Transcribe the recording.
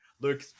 luke